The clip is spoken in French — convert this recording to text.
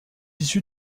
issu